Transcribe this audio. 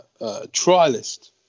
trialist